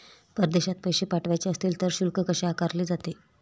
परदेशात पैसे पाठवायचे असतील तर शुल्क कसे आकारले जाते?